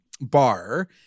bar